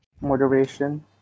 moderation